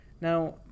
Now